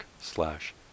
slash